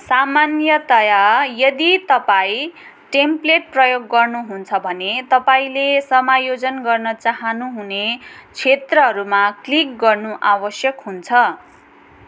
सामान्यतया यदि तपाईँँ टेम्प्लेट प्रयोग गर्नु हुन्छ भने तपाईँँले समायोजन गर्न चाहनु हुने क्षेत्रहरूमा क्लिक गर्नु आवश्यक हुन्छ